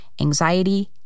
anxiety